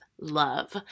Love